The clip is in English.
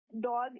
dog